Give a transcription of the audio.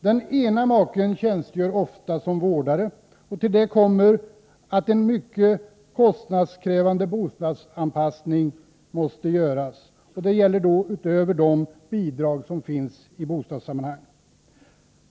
Den ena maken tjänstgör ofta som vårdare, och till detta kommer att en mycket kostnadskrävande bostadsanpassning måste göras — och det gäller utöver de bidrag som finns i bostadssammanhang.